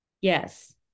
Yes